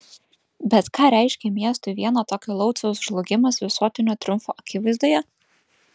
bet ką reiškė miestui vieno tokio lauciaus žlugimas visuotinio triumfo akivaizdoje